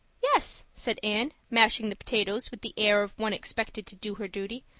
yes, said anne, mashing the potatoes with the air of one expected to do her duty.